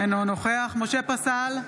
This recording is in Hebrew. אינו נוכח משה פסל,